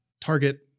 target